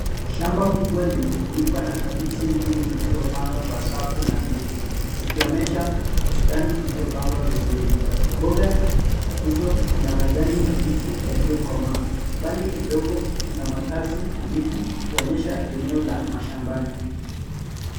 Shamba kubwa limefunikwa na kabichi nyingi zilizopandwa kwa safu nadhifu, zikionyesha bustani iliyopangwa vizuri. Mboga hizo zina majani mabichi yaliyokomaa. Mbali kidogo, kuna makazi na miti kuonyesha eneo la mashambani.